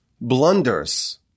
blunders